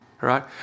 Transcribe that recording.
right